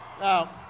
Now